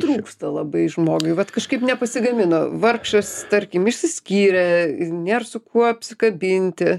trūksta labai žmogui vat kažkaip nepasigamino vargšas tarkim išsiskyrė nėr su kuo apsikabinti